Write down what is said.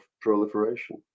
proliferation